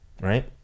Right